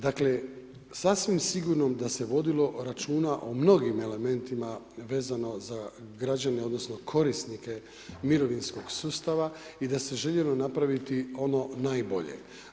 Dakle, sasvim sigurno da se vodilo računa o mnogim elementima vezano za građane, odnosno korisnike mirovinskog sustava i da se željelo napraviti ono najbolje.